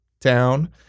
town